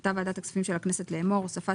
מחליטה ועדת הכספים של הכנסת לאמור: הוספת